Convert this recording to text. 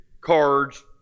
cards